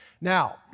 Now